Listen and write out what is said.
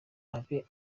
abe